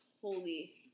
holy